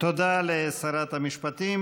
תודה לשרת המשפטים.